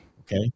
Okay